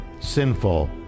sinful